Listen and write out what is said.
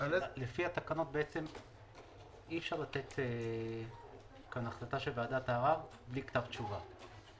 לפי התקנות אי אפשר לתת החלטה של ועדת הערר בלי כתב תשובה.